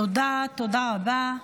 תודה רבה.